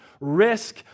risk